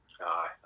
aye